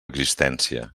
existència